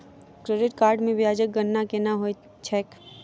credit card मे ब्याजक गणना केना होइत छैक